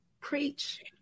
Preach